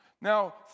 Now